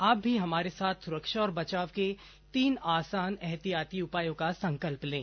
आप भी हमारे साथ सुरक्षा और बचाव के तीन आसान एहतियाती उपायों का संकल्प लें